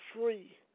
free